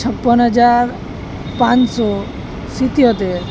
છપ્પન હજાર પાંસો સીત્તોતેર